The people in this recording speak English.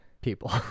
people